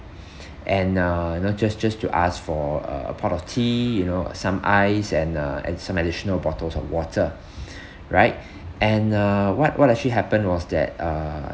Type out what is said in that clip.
and uh you know just just to ask for uh a pot of tea you know some ice and uh and some additional bottles of water right and uh what what actually happened was that uh